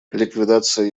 ликвидация